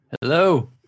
hello